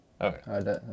Okay